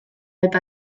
eta